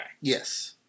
Yes